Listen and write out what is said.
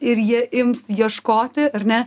ir jie ims ieškoti ar ne